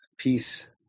peace